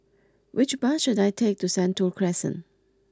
which bus should I take to Sentul Crescent